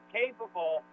capable